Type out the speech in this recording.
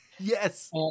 yes